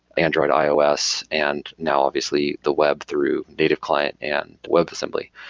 android, ios and now obviously the web through native client and webassembly.